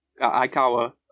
Aikawa